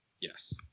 Yes